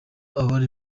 abari